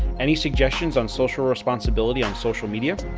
any suggestions on social responsibility on social media?